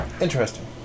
interesting